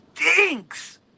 stinks